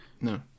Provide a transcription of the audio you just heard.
No